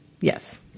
Yes